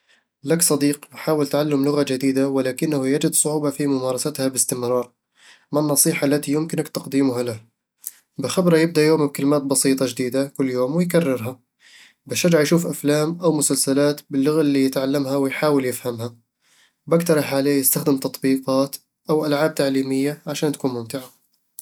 لك صديق يحاول تعلم لغة جديدة ولكنه يجد صعوبة في ممارستها باستمرار. ما النصيحة التي يمكنك تقديمها له؟ بخبره يبدأ يومه بكلمات بسيطة جديدة كل يوم ويكررها بشجعه يشوف أفلام أو مسلسلات باللغة اللي يتعلمها ويحاول يفهمها بقترح عليه يستخدم تطبيقات أو ألعاب تعليمية عشان تكون ممتعة